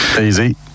easy